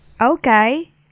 Okay